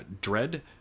dread